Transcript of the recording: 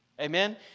Amen